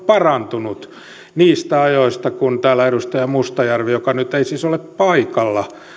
parantunut niistä ajoista joista täällä edustaja mustajärvi joka nyt ei siis ole paikalla